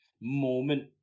Moment